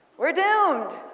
we're doomed!